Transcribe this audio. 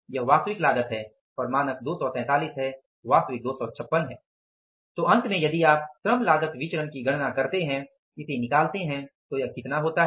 यह वास्तविक लागत है और मानक 243 है वास्तविक 256 है तो अंत में यदि आप श्रम लागत विचरण की गणना करते हैं तो यह कितना होता है